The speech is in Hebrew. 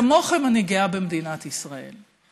כמוכם, אני גאה במדינת ישראל.